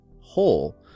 whole